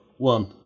One